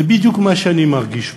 זה בדיוק מה שאני מרגיש פה: